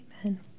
Amen